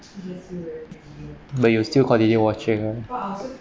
but you'll still continue watching ah